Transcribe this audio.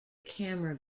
camera